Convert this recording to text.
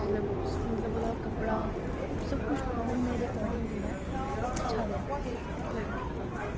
मतलब मतलब ओह्दा कपड़ा सब कुछ मतलव मेरे अकार्डिंग जेह्ड़ा ऐ ओह् अच्छा रेहा ते